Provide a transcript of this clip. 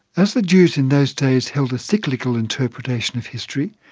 as the jews in those days held a cyclical interpretation of history,